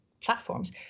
platforms